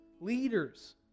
leaders